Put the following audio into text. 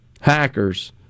hackers